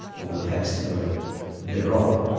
or the facsimile thereof,